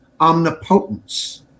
Omnipotence